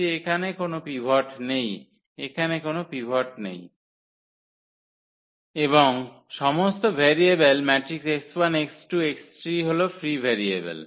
যে এখানে কোন পিভট নেই এখানে কোন পিভট নেই এবং সমস্ত ভেরিয়েবল হল ফ্রি ভেরিয়েবল